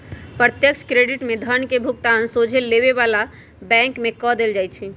प्रत्यक्ष क्रेडिट में धन के भुगतान सोझे लेबे बला के बैंक में कऽ देल जाइ छइ